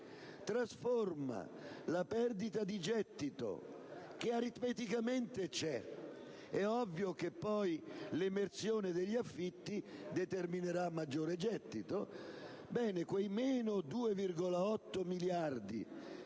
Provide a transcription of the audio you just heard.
trasforma la perdita di gettito che aritmeticamente c'è (anche se è ovvio che poi l'emersione degli affitti determinerà maggiore gettito), e quei meno 2,8 miliardi